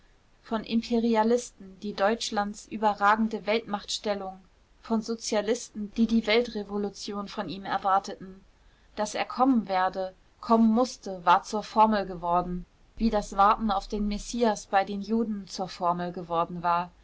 von imperialisten die deutschlands überragende weltmachtstellung von sozialisten die die weltrevolution von ihm erwarteten daß er kommen werde kommen mußte war zur formel geworden wie das warten auf den messias bei den juden zur formel geworden war